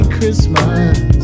Christmas